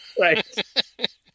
Right